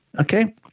okay